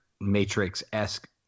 Matrix-esque